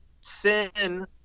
sin